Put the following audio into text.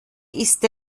ist